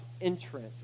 entrance